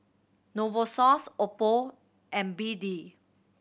Novosource Oppo and B D